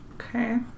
Okay